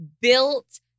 built